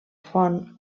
font